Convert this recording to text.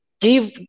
Give